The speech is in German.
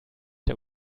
der